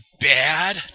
bad